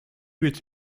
with